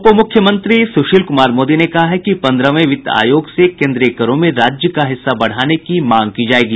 उप मुख्यमंत्री सुशील कुमार मोदी ने कहा है कि पन्द्रहवें वित्त आयोग से केंद्रीय करों में राज्य का हिस्सा बढ़ाने की मांग की जाएगी